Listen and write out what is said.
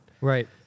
Right